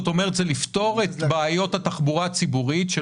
זה אומר לפתור את בעיות התחבורה הציבורית של